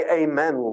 amen